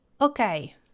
Okay